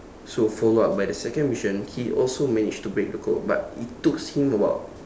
so follow up by the second mission he also managed to break the code but it took him about